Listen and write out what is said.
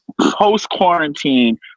post-quarantine